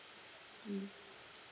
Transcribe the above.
mm